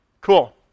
Cool